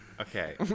Okay